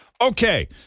Okay